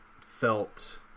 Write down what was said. felt